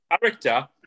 character